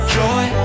joy